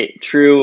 true